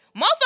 Motherfucker